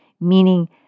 meaning